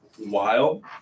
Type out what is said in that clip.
wild